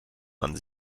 man